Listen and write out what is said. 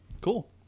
Cool